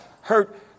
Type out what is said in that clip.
hurt